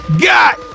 got